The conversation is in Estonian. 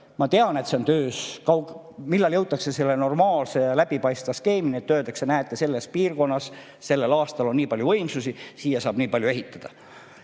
Ma tean, et see on töös. Millal jõutakse selle normaalse ja läbipaistva skeemini, et öeldakse, näete, selles piirkonnas sellel aastal on nii palju võimsusi, siia saab nii palju ehitada?